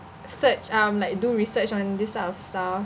search um like do research on this type of stuff